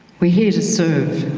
we're here to serve.